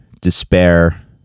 despair